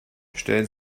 stellen